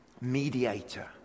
mediator